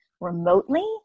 remotely